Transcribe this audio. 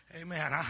Amen